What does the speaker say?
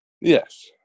Yes